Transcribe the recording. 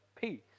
peace